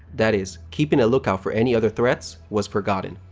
that is keeping a lookout for any other threats, was forgotten.